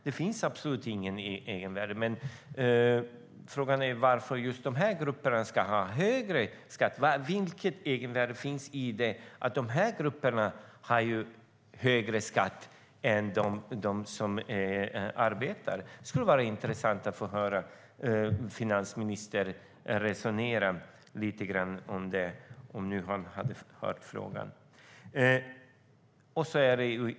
Det finns absolut inget egenvärde i det, men frågan är varför just de ovannämnda grupperna ska ha högre skatt. Vad finns det för egenvärde i att de har högre skatt än de som arbetar? Det vore intressant att höra finansministern resonera kring det.